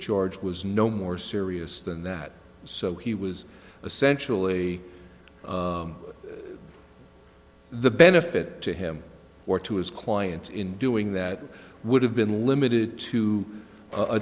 charge was no more serious than that so he was essentially the benefit to him or to his clients in doing that would have been limited to